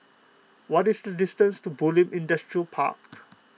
what is the distance to Bulim Industrial Park